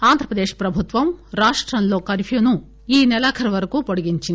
ఆంధ్రప్రదేశ్ ప్రభుత్వం రాష్ట్రంలో కర్ఫ్యూ ను ఈ సెలాఖరు వరకు పొడిగించింది